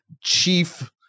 chief